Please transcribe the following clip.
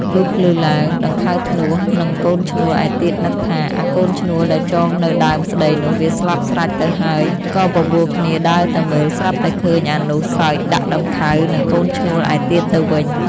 លុះភ្លឺឡើង ដង្ខៅធ្នស់ និងកូនឈ្នួលឯទៀតនឹកថា "អាកូនឈ្នួលដែលចងនៅដើមស្តីនោះ វាស្លាប់ស្រេច ទៅហើយ” ក៏បបួលគ្នាដើរទៅមើល ស្រាប់តែឃើញអានោះ សើចដាក់ដង្ខៅ និងកូនឈ្នួលឯទៀតទៅវិញ។